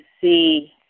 see